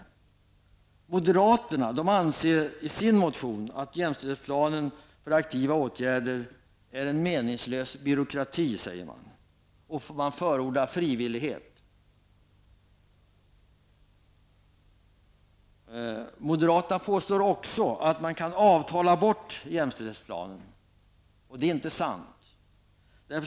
Av moderaternas motion framgår att de anser att jämställdhetsplanen för aktiva åtgärder är en meningslös byråkrati. Moderaterna förordar frivillighet. Vidare påstår moderaterna att det går att avtala bort jämställdhetsplanen. Men det är inte sant.